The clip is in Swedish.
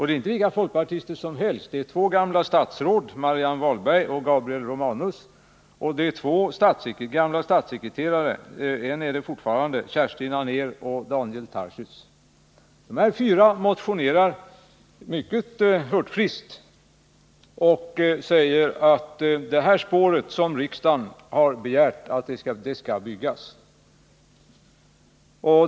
Det var inte vilka folkpartister som helst utan två gamla statsråd, Marianne Wahlberg och Gabriel Romanus, och två gamla statssekreterare — en är fortfarande statssekreterare — Kerstin Anér och Daniel Tarschys. Dessa fyra motionerar mycket hurtfriskt om att det spår riksdagen begärt också skall byggas.